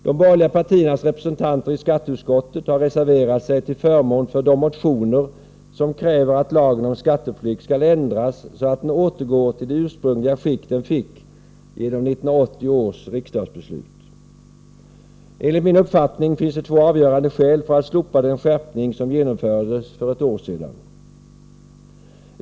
De borgerliga partiernas representanter i skatteutskottet har reserverat sig till förmån för de motioner som kräver att lagen om skatteflykt skall ändras så att den återgår till det ursprungliga skick den fick genom 1980 års riksdagsbeslut. Enligt min uppfattning finns det två avgörande skäl för att slopa den skärpning som genomfördes för ett år sedan.